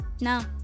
No